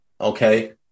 Okay